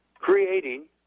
Creating